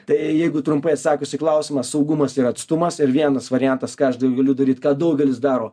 tai jeigu trumpai atsakius į klausimą saugumas ir atstumas ir vienas variantas ką aš dar galiu daryt ką daugelis daro